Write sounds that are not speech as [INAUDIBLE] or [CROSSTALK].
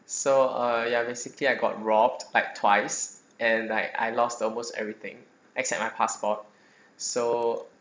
so uh yangon city I got robbed like twice and I I lost almost everything except my passport [BREATH] so